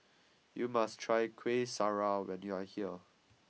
you must try Kuih Syara when you are here